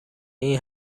این